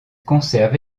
conserve